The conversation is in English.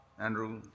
Andrew